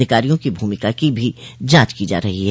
अधिकारियों की भूमिका की भी जांच की जा रही है